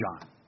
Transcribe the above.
John